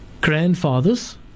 grandfathers